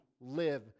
live